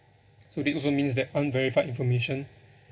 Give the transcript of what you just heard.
so this also means that unverified information